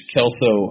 Kelso